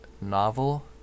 novel